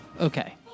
Okay